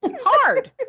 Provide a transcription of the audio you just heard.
hard